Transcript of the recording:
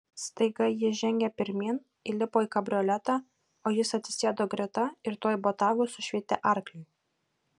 staiga ji žengė pirmyn įlipo į kabrioletą o jis atsisėdo greta ir tuoj botagu sušveitė arkliui